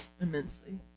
immensely